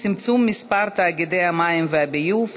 צמצום מספר תאגידי המים והביוב),